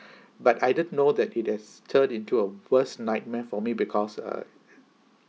but I didn't know that it has turned into a worst nightmare for me because uh